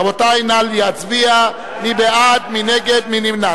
רבותי, נא להצביע, מי בעד, מי נגד, מי נמנע?